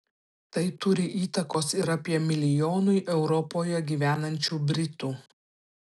tai turi įtakos ir apie milijonui europoje gyvenančių britų